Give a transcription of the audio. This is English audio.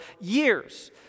years